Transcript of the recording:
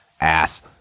ass